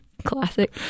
Classic